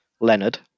Leonard